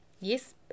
Yes